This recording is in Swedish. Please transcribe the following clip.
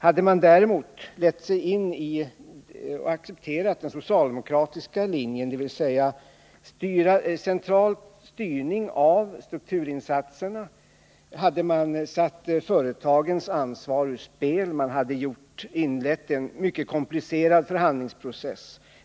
Hade man däremot accepterat den socialdemokratiska linjen — centralstyrning av strukturinsatserna — hade man satt företagens ansvar ur spel och inlett en mycket komplicerad förhandlingsprocess.